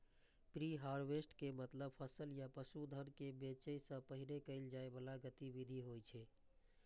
preharvest के मतलब फसल या पशुधन कें बेचै सं पहिने कैल जाइ बला गतिविधि होइ छै